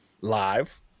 live